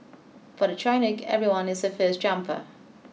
for the Chinook everyone is a first jumper